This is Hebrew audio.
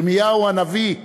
ירמיהו הנביא,